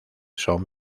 son